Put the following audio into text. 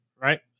right